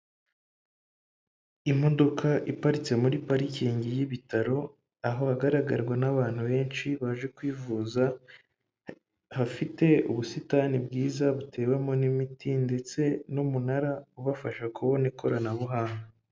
Imodoka iparitse muri parikingi y'ibitaro aho hagaragarwa n'abantu benshi baje kwivuza, hafite ubusitani bwiza butewemo n'imiti ndetse n'umunara ubafasha kubona ikoranabuhanga.